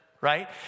right